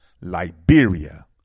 Liberia